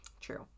true